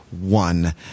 one